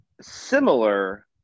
Similar